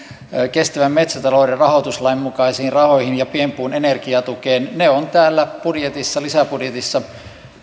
kestävän metsätalouden rahoituslain mukaisiin rahoihin ja pienpuun energiatukeen ne ovat täällä lisäbudjetissa